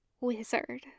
Wizard